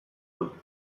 dut